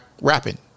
rapping